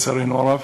לצערנו הרב.